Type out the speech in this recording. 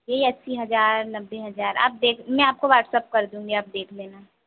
यही अस्सी हजार नब्बे हजार आप देख मैं आपको व्हाटसप कर दूँगी आप देख लेना